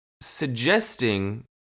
suggesting